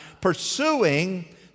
pursuing